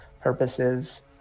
purposes